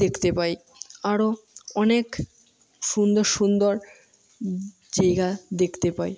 দেখতে পাই আরও অনেক সুন্দর সুন্দর জায়গা দেখতে পাই